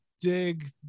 dig